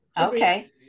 Okay